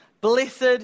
Blessed